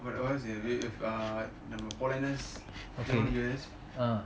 what else they have they have நம்ம போலான:namma polana beers